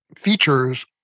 features